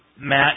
Matt